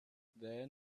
then